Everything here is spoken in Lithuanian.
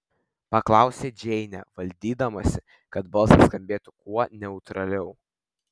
paklausė džeinė valdydamasi kad balsas skambėtų kuo neutraliau